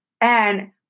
And-